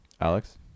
Alex